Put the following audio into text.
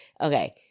Okay